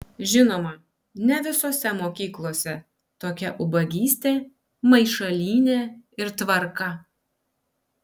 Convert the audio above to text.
žinoma ne visose mokyklose tokia ubagystė maišalynė ir tvarka